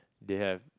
they have